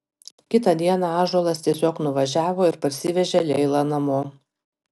kitą dieną ąžuolas tiesiog nuvažiavo ir parsivežė leilą namo